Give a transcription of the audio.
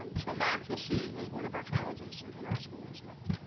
um so math, you'll see is one of our challenges in our school district.